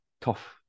tough